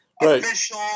official